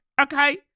okay